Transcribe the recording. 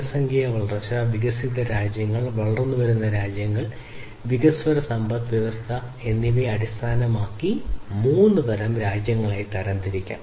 ജനസംഖ്യാ വളർച്ച വികസിത രാജ്യങ്ങൾ വളർന്നുവരുന്ന രാജ്യങ്ങൾ വികസ്വര സമ്പദ്വ്യവസ്ഥ എന്നിവയെ അടിസ്ഥാനമാക്കി മൂന്ന് വ്യത്യസ്ത തരം രാജ്യങ്ങളുണ്ട്